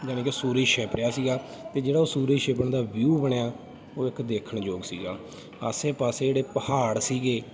ਯਾਣੀ ਕਿ ਸੂਰਜ ਛਿਪ ਰਿਹਾ ਸੀਗਾ ਅਤੇ ਜਿਹੜਾ ਉਹ ਸੂਰਜ ਛਿਪਣ ਦਾ ਵਿਊ ਬਣਿਆ ਉਹ ਇੱਕ ਦੇਖਣਯੋਗ ਸੀਗਾ ਆਸੇ ਪਾਸੇ ਜਿਹੜੇ ਪਹਾੜ ਸੀਗੇ